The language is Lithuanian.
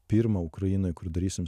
pirmą ukrainoj kur darysim